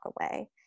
away